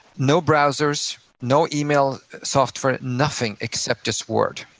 no browsers, no email software, nothing except just word.